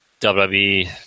WWE